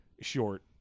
short